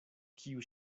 kiu